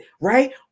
right